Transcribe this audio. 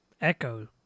Echo